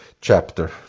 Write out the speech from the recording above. chapter